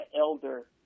elder